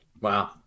wow